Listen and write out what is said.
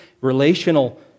relational